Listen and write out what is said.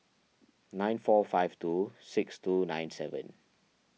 nine four five two six two nine seven